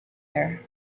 there